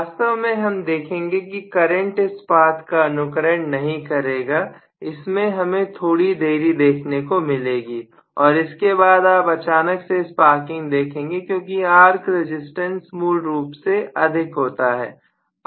वास्तव में हम देखेंगे कि करंट इस पाथ का अनुकरण नहीं करेगा इसमें हमें थोड़ी देरी देखने को मिलेगी और इसके बाद आप अचानक से स्पार्किंग देखेंगे क्योंकि आर्क रजिस्टेंस मूल रूप से अधिक होता है